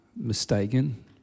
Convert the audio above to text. mistaken